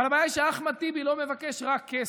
אבל הבעיה היא שאחמד טיבי לא מבקש רק כסף.